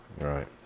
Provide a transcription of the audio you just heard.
Right